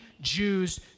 Jews